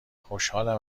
خوشحالم